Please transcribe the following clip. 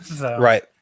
Right